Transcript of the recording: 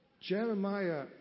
Jeremiah